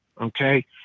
Okay